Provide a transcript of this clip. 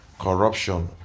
Corruption